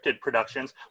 productions